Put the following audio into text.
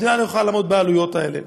המדינה לא יכולה לעמוד בעלויות האלה.